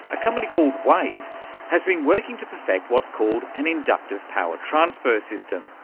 a company called wave has been working to perfect what's called an inductive power transfer system.